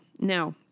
now